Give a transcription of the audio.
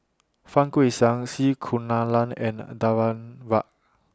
Fang Guixiang C Kunalan and Danaraj